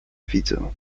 widzę